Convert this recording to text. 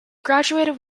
graduated